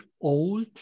old